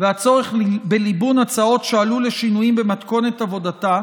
והצורך בליבון הצעות שעלו לשינויים במתכונת עבודתה